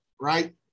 right